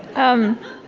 i'm